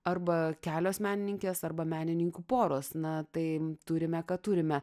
arba kelios menininkės arba menininkų poros na tai turime ką turime